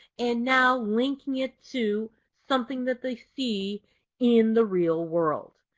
and now linking it to something that they see in the real world.